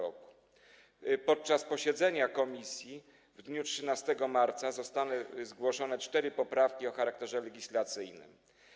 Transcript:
Podczas posiedzenia komisji w dniu 13 marca zostały zgłoszone cztery poprawki o charakterze legislacyjnym.